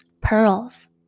pearls